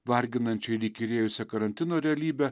varginančią ir įkyrėjusią karantino realybę